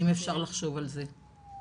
אם אפשר לחשוב על זה.